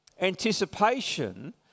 anticipation